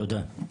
תודה.